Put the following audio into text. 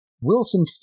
Wilson